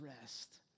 rest